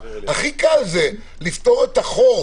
הכי קל לפתור את החור